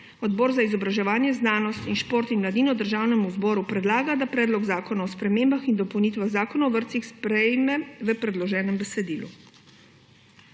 Odbor za izobraževanje, znanost, šport in mladino Državnemu zboru predlaga, da Predlog zakona o spremembah in dopolnitvah Zakona o vrtcih sprejme v predloženem besedilu.